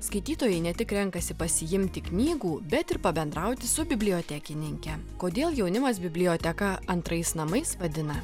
skaitytojai ne tik renkasi pasiimti knygų bet ir pabendrauti su bibliotekininke kodėl jaunimas biblioteka antrais namais vadina